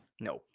No